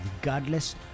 regardless